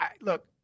look